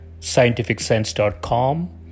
scientificsense.com